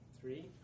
Three